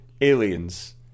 Aliens